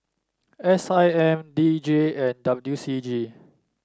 S I M D J and W C G